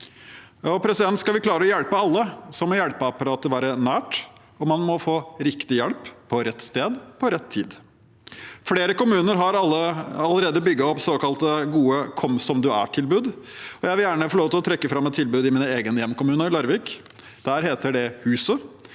Skal vi klare å hjelpe alle, må hjelpeapparatet være nært, og man må få riktig hjelp på rett sted til rett tid. Flere kommuner har allerede bygget opp gode såkalte kom-som-du-er-tilbud, og jeg vil gjerne få lov til å trekke fram et tilbud i min egen hjemkommune, Larvik. Der heter det Huset.